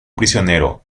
prisionero